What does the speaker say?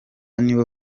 nibo